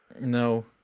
No